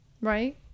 Right